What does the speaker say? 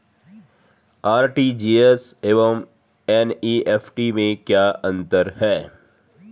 RTGS एवं NEFT में क्या अंतर है?